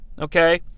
Okay